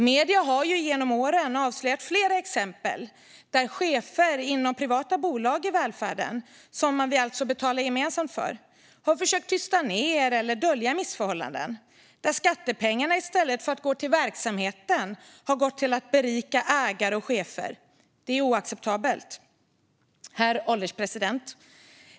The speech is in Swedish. Medierna har genom åren avslöjat flera exempel där chefer inom privata bolag i välfärden, som vi alltså gemensamt betalar för, har försökt tysta ned eller dölja missförhållanden och där skattepengarna i stället för att gå till verksamheten har gått till att berika ägare och chefer. Det är oacceptabelt. Herr ålderspresident!